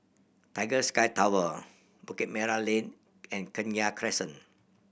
Tiger Sky Tower Bukit Merah Lane and Kenya Crescent